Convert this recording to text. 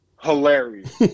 Hilarious